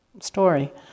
story